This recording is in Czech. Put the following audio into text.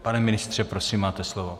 Pane ministře, prosím, máte slovo.